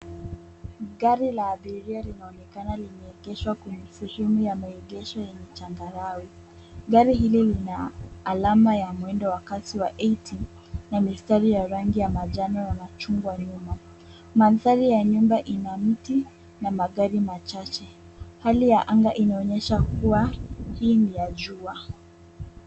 Gari la abiria linaonekana limeegeshwa kwenye sehemu ya maegesho yenye changarawe. Gari hili lina alama ya mwendo wa kasi wa eighty na mistari ya rangi ya manjano na chungwa nyuma. Maandhari ya nyuma ina mti na magari machache. Hali ya anga inaonyesha kuwa hii ni ya jua.